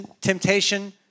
temptation